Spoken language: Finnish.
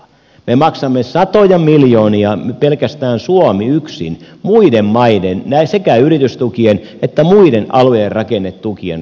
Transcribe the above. me maksamme satoja miljoonia pelkästään suomi yksin muiden maiden sekä yritystukien että muiden alue ja rakennetukien rahoittamiseen